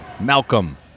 Malcolm